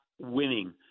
winning